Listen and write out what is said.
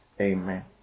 Amen